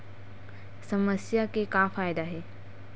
समस्या के का फ़ायदा हे?